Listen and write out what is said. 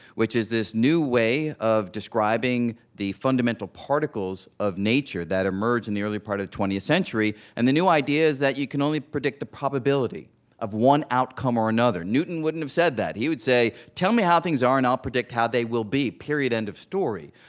which is this new way of describing the fundamental particles of nature that emerged in the early part of the twentieth century. and the new idea is that you can only predict the probability of one outcome or another. newton wouldn't have said that. he would say, tell me how things are, and i'll predict how they will be. period. end of story.